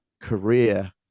career